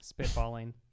spitballing